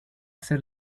ser